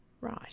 Right